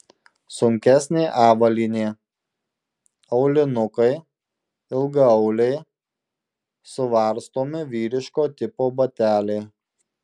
sunkesnė avalynė aulinukai ilgaauliai suvarstomi vyriško tipo bateliai